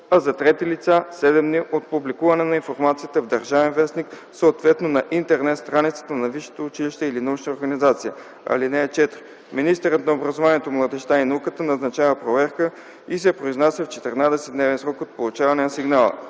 а за трети лица – седем дни от публикуване на информацията в “Държавен вестник”, съответно на Интернет страницата на висшето училище и научната организация. (4) Министърът на образованието, младежта и науката назначава проверка и се произнася в 14-дневен срок от получаване на сигнала.